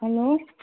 hello